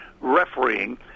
refereeing